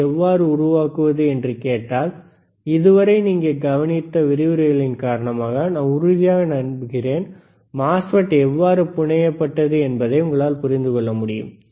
யை எவ்வாறு உருவாக்குவது என்று கேட்டால் இதுவரை நீங்கள் கவனித்த விரிவுரைகளின் காரணமாக நான் உறுதியாக நம்புகிறேன் மோஸ்ஃபெட் எவ்வாறு புனையப்பட்டது என்பதை உங்களால் புரிந்து கொள்ள முடியும்